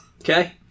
Okay